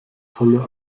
tolle